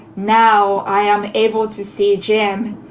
now i am able to see jim,